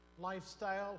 Lifestyle